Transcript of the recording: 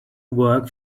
work